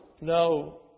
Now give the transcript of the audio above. no